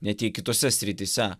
net jei kitose srityse